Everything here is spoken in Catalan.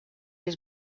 els